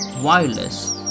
wireless